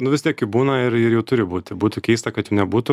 nu vis tiek jų būna ir ir jų turi būti būtų keista kad jų nebūtų